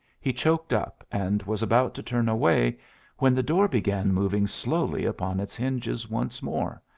he choked up, and was about to turn away when the door began moving slowly upon its hinges once more,